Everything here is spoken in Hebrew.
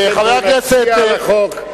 ונצביע על החוק,